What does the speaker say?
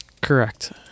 Correct